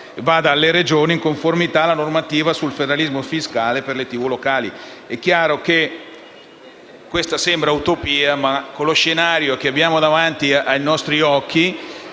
vada alle Regioni, in conformità alla normativa sul federalismo fiscale per le televisioni locali. È chiaro che questa sembri una utopia, ma con lo scenario che si presenta ai nostri occhi